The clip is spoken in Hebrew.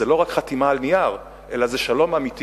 זה לא רק חתימה על נייר אלא זה שלום אמיתי,